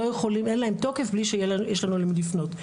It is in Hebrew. אין להן תוקף בלי שיש למי לפנות.